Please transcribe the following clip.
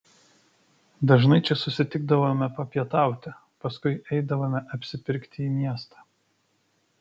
dažnai čia susitikdavome papietauti paskui eidavome apsipirkti į miestą